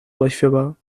durchführbar